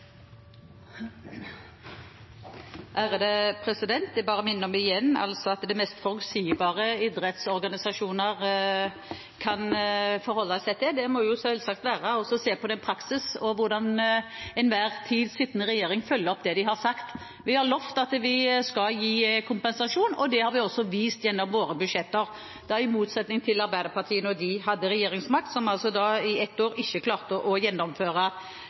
mest forutsigbare idrettsorganisasjoner kan forholde seg til, må selvsagt være å se på praksis og hvordan den til enhver tid sittende regjering følger opp det som den har sagt. Vi har lovd at vi skal gi kompensasjon. Det har vi også vist gjennom våre budsjetter – det i motsetning til Arbeiderpartiet da de hadde regjeringsmakt, da de i et år ikke klarte å gjennomføre